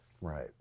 Right